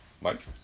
Mike